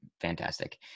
fantastic